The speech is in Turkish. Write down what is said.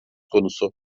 konusu